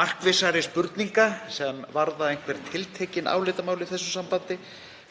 markvissari spurninga sem varða tiltekin álitamál í þessu sambandi